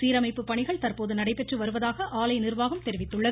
சீரமைப்பு பணிகள் தற்போது நடைபெற்று வருவதாக ஆலை நிர்வாகம் தெரிவித்துள்ளது